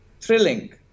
thrilling